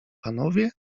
panowie